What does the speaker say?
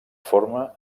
forma